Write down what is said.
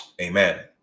Amen